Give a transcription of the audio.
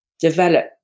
develop